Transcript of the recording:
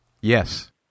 Yes